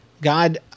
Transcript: God